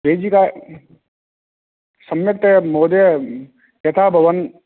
वेजि सम्यक्तया महोदय यथा भवान्